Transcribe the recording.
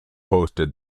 hosted